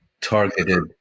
targeted